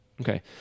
Okay